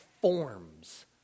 forms